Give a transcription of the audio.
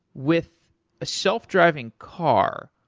with a self-driving car,